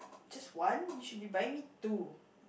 just one you should be buying me two